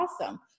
awesome